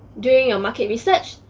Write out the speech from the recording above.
during your market research,